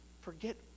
forget